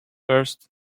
first